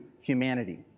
humanity